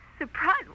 Surprise